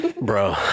Bro